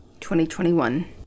2021